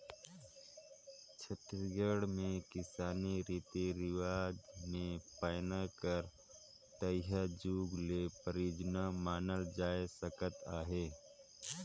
छत्तीसगढ़ मे किसानी रीति रिवाज मे पैना कर तइहा जुग ले परियोग मानल जाए सकत अहे